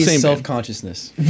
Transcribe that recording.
self-consciousness